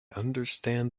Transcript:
understand